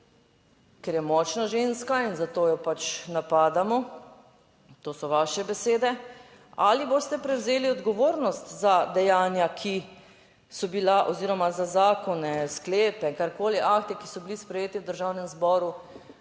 ker je močna ženska in zato jo pač napadamo, to so vaše besede, ali boste prevzeli odgovornost za dejanja, ki so bila, oziroma za zakone, sklepe, karkoli, akte, ki so bili sprejeti v Državnem zboru,